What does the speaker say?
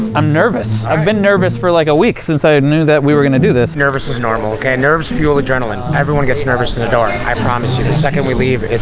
i'm nervous. i've been nervous for like a week, since i knew that we were going to do this. nervous is normal, ok? nerves fuel adrenaline. everyone gets nervous in the door. and i promise you. the second we leave,